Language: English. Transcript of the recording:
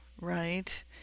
right